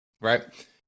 Right